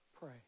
Pray